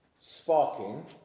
Sparking